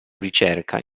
ricerca